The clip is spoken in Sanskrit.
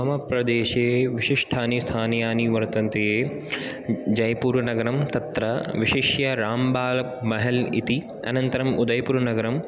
मम प्रदेशे विशिष्ठानि स्थानीयानि वर्तन्ते जयपुर् नगरं तत्र विशिष्य रामबालकमहल् इति अनन्तरम् उदयपुर् नगरं